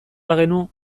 bagenu